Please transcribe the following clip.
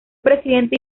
presidente